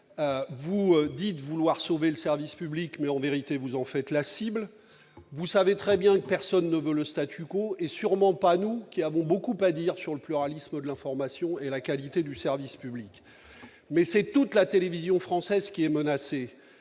Vous dites vouloir sauver le service public, mais, en vérité, vous en faites une cible. Vous le savez très bien, personne ne veut le, et sûrement pas nous, qui avons beaucoup à dire sur le pluralisme de l'information et la qualité du service public ! Toutefois, c'est toute la télévision française qui est menacée.